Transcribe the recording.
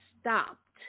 stopped